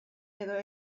edo